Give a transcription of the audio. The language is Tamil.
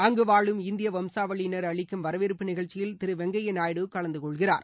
அங்கு வாழும் இந்திய வம்சாவளியினர் அளிக்கும் வரவேற்பு நிகழ்ச்சியில் திரு வெங்கய்யா நாயுடு கலந்துகொள்கிறார்